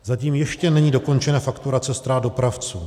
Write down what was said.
Zatím ještě není dokončena fakturace ztrát dopravců.